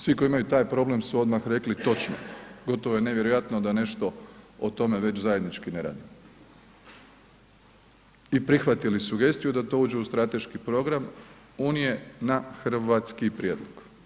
Svi koji imaju taj problem su odmah rekli točno, gotovo je nevjerojatno da nešto o tome već zajednički ne radimo i prihvatili sugestiju da to uđe u strateški program unije na hrvatski prijedlog.